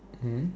mm